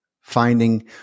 finding